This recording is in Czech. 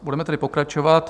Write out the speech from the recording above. Budeme tedy pokračovat.